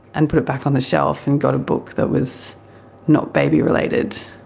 and put it back on the shelf and got a book that was not baby related.